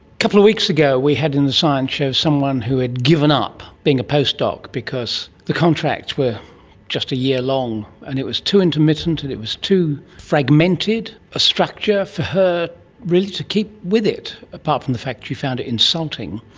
couple of weeks ago we had in the science show someone who had given up being a post doc because the contracts were just a year long, and it was too intermittent and it was too fragmented a structure for her really to keep with it, apart from the fact that she found it insulting.